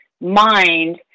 mind